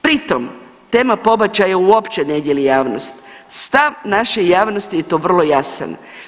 Pritom tema pobačaja uopće ne dijeli javnost, stav naše javnosti je tu vrlo jasan.